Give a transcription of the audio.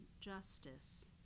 justice